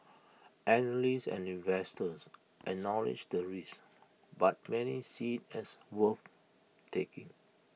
analysts and investors acknowledge the risk but many see as worth taking